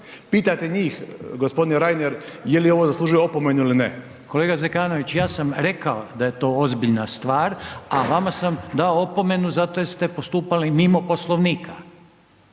Pitajte njih gospodine Reiner jeli ovo zaslužuje opomenu ili ne. **Reiner, Željko (HDZ)** Kolega Zekanović ja sam rekao da je to ozbiljna stvar, a vama sam dao opomenu zato jel ste postupali mimo Poslovnika,